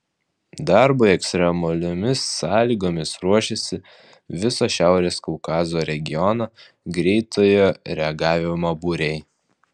darbui ekstremaliomis sąlygomis ruošiasi viso šiaurės kaukazo regiono greitojo reagavimo būriai